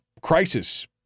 crisis